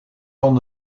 van